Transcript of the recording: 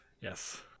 yes